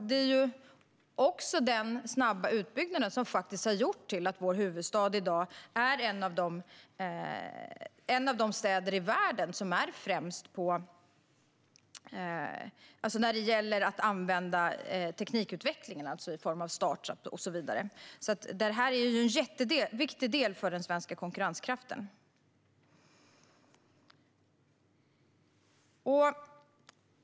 Det är också den snabba utbyggnaden och teknikutvecklingen som faktiskt har gjort att vår huvudstad i dag är ett av världens främsta startup-områden. Det här är alltså en jätteviktig del för den svenska konkurrenskraften.